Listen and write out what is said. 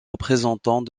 représentants